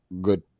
good –